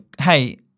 hey